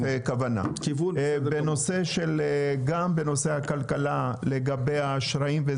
גם בנושא הכלכלה לגבי האשראים,